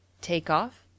Takeoff